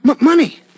Money